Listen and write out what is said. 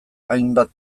hainbat